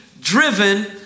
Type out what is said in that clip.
driven